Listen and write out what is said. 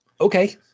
okay